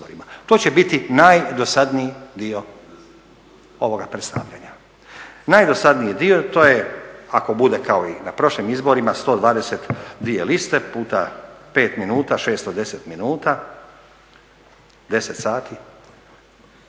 To će biti najdosadniji dio ovoga predstavlja. Najdosadniji dio to je ako bude kao i na prošlim izborima 122 liste puta 5 minuta 610 minuta, 10 sati.